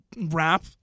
rap